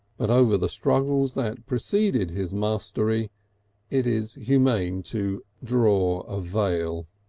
but over the struggles that preceded his mastery it is humane to draw a veil.